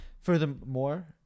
furthermore